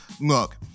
Look